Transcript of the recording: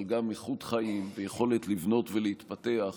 אבל גם איכות חיים ויכולת לבנות ולהתפתח,